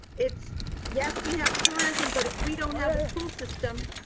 it's yes, we have tourism, but if we don't have a school system,